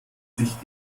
sich